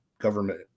government